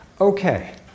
Okay